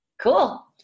Cool